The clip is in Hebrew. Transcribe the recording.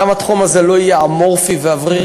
שגם התחום הזה לא יהיה אמורפי ואוורירי,